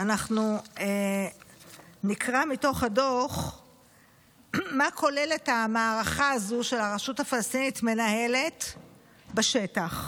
אנחנו נקרא מתוך הדוח מה כוללת המערכה הזו שהרשות הפלסטינית מנהלת בשטח: